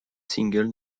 single